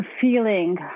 feeling